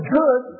good